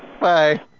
Bye